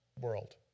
world